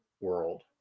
world